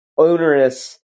onerous